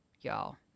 y'all